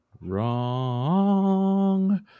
wrong